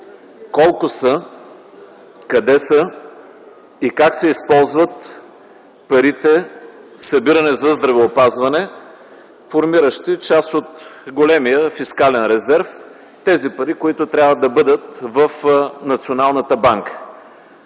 колко са, къде са и как се използват парите, събирани за здравеопазване, формиращи част от големия фискален резерв – тези пари, които трябва да бъдат в Националната банка.